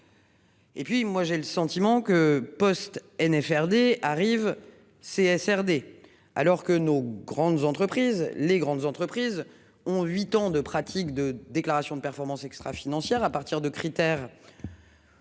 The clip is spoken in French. Et puis moi j'ai le sentiment que Postes NF Ferdi arrive c'est SRD alors que nos grandes entreprises, les grandes entreprises ont huit ans de pratique de déclaration de performance extra-financière à partir de critères.